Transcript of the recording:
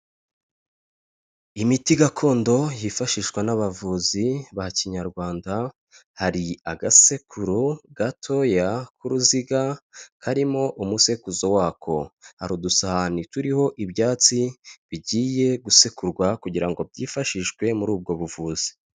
Imiti gakondo yifashishwa n'abavuzi ba kinyarwanda, hari agasekuro gatoya k'uruziga karimo umusekuzo wako. Hari udusahane turiho ibyatsi bigiye gusekurwa kugira ngo byifashishwe muri ubwo buvuzi.